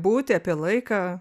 būtį apie laiką